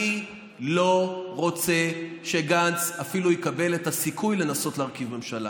אני לא רוצה שגנץ אפילו יקבל את הסיכוי לנסות להרכיב ממשלה.